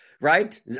Right